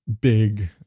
big